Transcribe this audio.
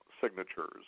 signatures